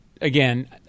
Again